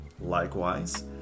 Likewise